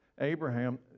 Abraham